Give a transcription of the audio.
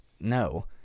No